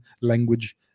language